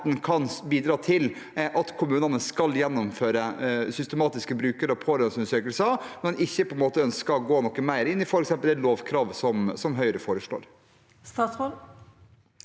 kan bidra til at kommunene skal gjennomføre systematiske bruker- og pårørendeundersøkelser, når en ikke ønsker å gå noe mer inn i f.eks. et lovkrav, som Høyre foreslår. Statsråd